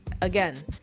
again